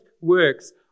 works